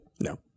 no